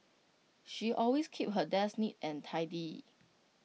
she always keeps her desk neat and tidy